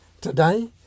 Today